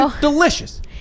delicious